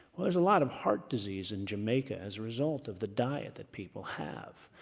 well there's a lot of heart disease in jamaica as a result of the diet that people have.